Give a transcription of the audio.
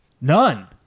None